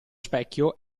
specchio